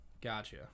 Gotcha